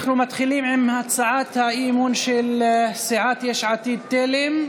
אנחנו מתחילים עם הצעת האי-אמון של סיעת יש עתיד-תל"ם.